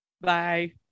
Bye